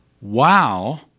wow